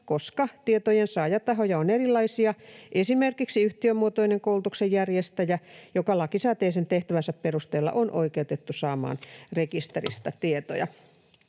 koska tietojen saajatahoja on erilaisia, esimerkiksi yhtiömuotoinen koulutuksen järjestäjä, joka lakisääteisen tehtävänsä perusteella on oikeutettu saamaan rekisteristä tietoja.